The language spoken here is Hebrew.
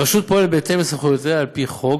הרשות פועלת בהתאם לסמכויותיה על פי חוק